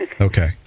Okay